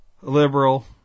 liberal